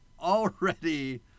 already